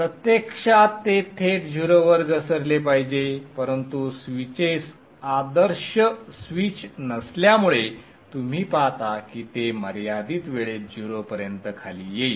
प्रत्यक्षात ते थेट 0 वर घसरले पाहिजे परंतु स्विचेस आदर्श स्विच नसल्यामुळे तुम्ही पाहता की ते मर्यादित वेळेत 0 पर्यंत खाली येईल